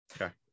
Okay